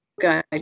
guide